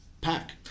pack